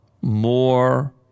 more